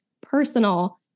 personal